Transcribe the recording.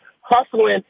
hustling